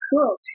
Cool